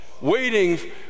waiting